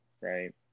right